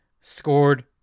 scored